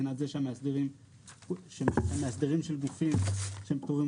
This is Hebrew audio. מבחינת זה שהמאסדרים של גופים פטורים